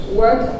work